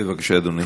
בבקשה, אדוני.